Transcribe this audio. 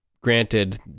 granted